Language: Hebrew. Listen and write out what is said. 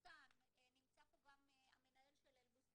'אלבוסתן', נמצא פה גם המנהל של 'אלבוסתן',